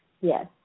yes